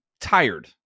tired